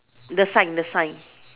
the sign the sign